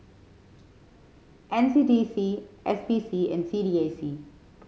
N C D C S P C and C D A C